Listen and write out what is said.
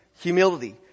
humility